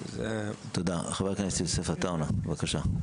תודה, חבר הכנסת עטאונה, בבקשה.